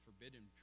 forbidden